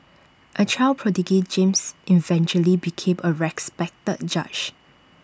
A child prodigy James eventually became A respected judge